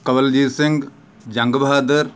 Kawaljit Singh Jang Bahadur